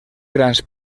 grans